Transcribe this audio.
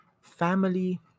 Family